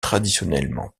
traditionnellement